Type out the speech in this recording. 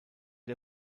der